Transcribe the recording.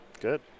good